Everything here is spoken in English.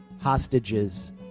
hostages